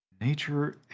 Nature